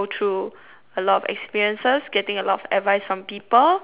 a lot of experiences getting a lot of advice from people and